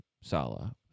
Salah